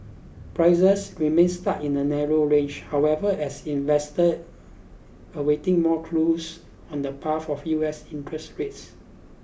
prices remained stuck in a narrow range however as investor awaited more clues on the path of U S interest rates